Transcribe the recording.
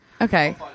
Okay